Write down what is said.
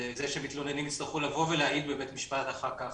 בזה שמתלוננים יצטרכו לבוא ולהעיד בבית משפט אחר כך,